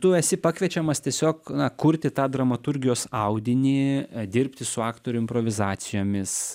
tu esi pakviečiamas tiesiog kurti tą dramaturgijos audinį dirbti su aktorių improvizacijomis